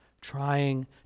trying